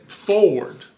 forward